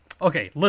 Okay